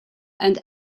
and